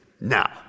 now